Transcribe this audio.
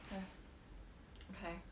okay